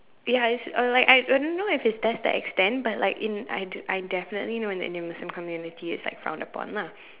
ya it's uh like I I don't know if it's that's the extent but like in I I definitely know that in the Muslim community it's like frowned upon lah